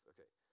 Okay